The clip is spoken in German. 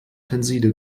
tenside